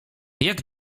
jak